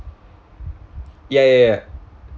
ya ya ya